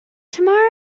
tomorrow